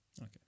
Okay